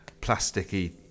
plasticky